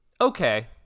okay